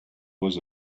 was